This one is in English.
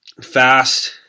Fast